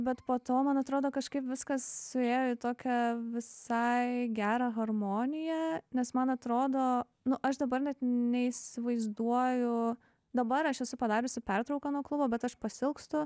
bet po to man atrodo kažkaip viskas suėjo į tokią visai gerą harmoniją nes man atrodo nu aš dabar net neįsivaizduoju dabar aš esu padariusi pertrauką nuo klubo bet aš pasiilgstu